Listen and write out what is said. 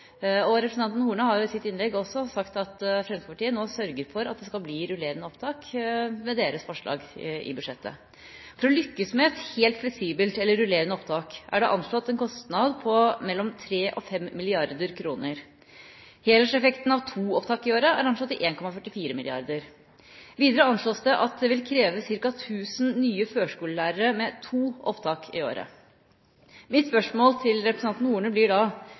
Og representanten Horne har jo i sitt innlegg også sagt at Fremskrittspartiet nå sørger for at det blir rullerende opptak med deres forslag i budsjettet. For å lykkes med et helt fleksibelt eller rullerende opptak er det anslått en kostnad på mellom 3 og 5 mrd. kr. Helårseffekten av to opptak i året er anslått til 1,44 mrd. kr. Videre anslås det at det vil kreve ca. 1 000 nye førskolelærere med to opptak i året. Mitt spørsmål til representanten Horne blir da: